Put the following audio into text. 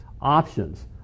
Options